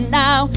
now